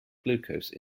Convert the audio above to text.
glucose